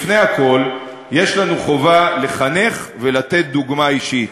לפני הכול יש לנו חובה לחנך ולתת דוגמה אישית.